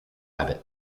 abbot